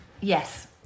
Yes